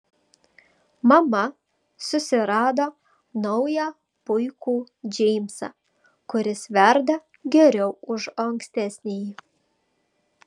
mama susirado naują puikų džeimsą kuris verda geriau už ankstesnįjį